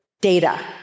Data